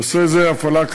נושא זה אף עלה,